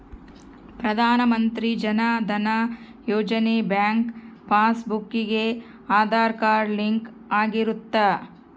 ಪ್ರಧಾನ ಮಂತ್ರಿ ಜನ ಧನ ಯೋಜನೆ ಬ್ಯಾಂಕ್ ಪಾಸ್ ಬುಕ್ ಗೆ ಆದಾರ್ ಕಾರ್ಡ್ ಲಿಂಕ್ ಆಗಿರುತ್ತ